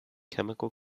chemical